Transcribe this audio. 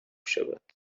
شود